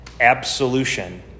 absolution